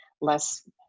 less